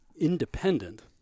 independent